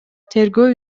тергөө